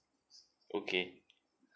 okay